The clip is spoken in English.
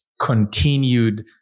continued